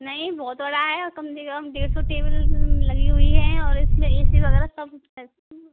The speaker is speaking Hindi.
नहीं बहुत बड़ा है कम से कम डेढ़ सौ टेबल लगी हुई हैं और इसमें ऐ सी वगैरह सब है